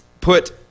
put